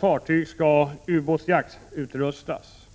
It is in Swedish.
fartyg skall ubåtsjaktsutrustas.